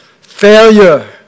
failure